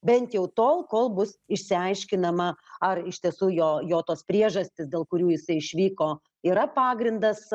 bent jau tol kol bus išsiaiškinama ar iš tiesų jo jo tos priežastys dėl kurių jisai išvyko yra pagrindas